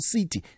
City